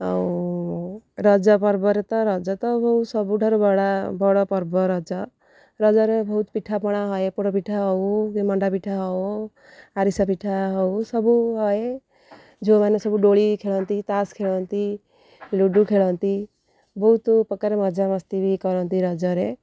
ଆଉ ରଜ ପର୍ବରେ ତ ରଜ ତ ବହୁତ ସବୁଠାରୁ ବଡ଼ ବଡ଼ ପର୍ବ ରଜ ରଜରେ ବହୁତ ପିଠାପଣା ହୁଏ ପୋଡ଼ ପିଠା ହଉ ମଣ୍ଡା ପିଠା ହଉ ଆରିସା ପିଠା ହଉ ସବୁ ହଏ ଝିଅମାନେ ସବୁ ଦୋଳି ଖେଳନ୍ତି ତାସ ଖେଳନ୍ତି ଲୁଡ଼ୁ ଖେଳନ୍ତି ବହୁତ ପ୍ରକାରେ ମଜାମସ୍ତି ବି କରନ୍ତି ରଜରେ